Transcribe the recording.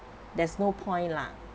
that's no point lah